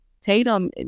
Tatum